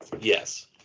Yes